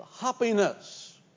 happiness